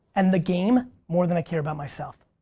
and the game, more than i care about myself.